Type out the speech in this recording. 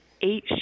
eight